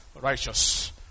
righteous